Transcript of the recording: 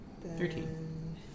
Thirteen